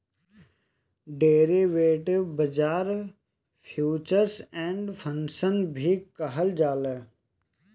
derivative बाजार futures and option भी कहल जाला